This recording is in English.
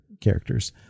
characters